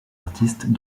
artistes